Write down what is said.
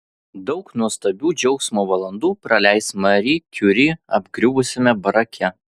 daug nuostabių džiaugsmo valandų praleis mari kiuri apgriuvusiame barake